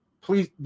please